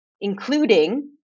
including